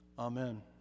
Amen